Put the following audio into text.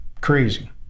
crazy